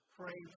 pray